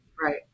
right